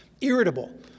Irritable